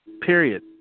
Period